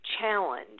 challenge